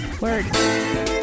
Word